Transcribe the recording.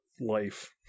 Life